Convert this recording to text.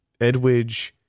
Edwidge